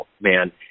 man